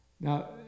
Now